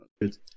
good